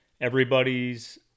Everybody's